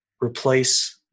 replace